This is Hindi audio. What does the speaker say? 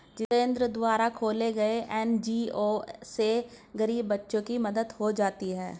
जितेंद्र द्वारा खोले गये एन.जी.ओ से गरीब बच्चों की मदद हो जाती है